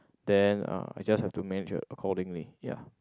then uh I just have to measure accordingly ya